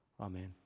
Amen